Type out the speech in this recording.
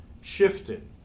shifted